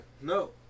No